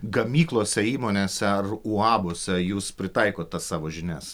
gamyklose įmonėse ar uabuose jūs pritaikot tas savo žinias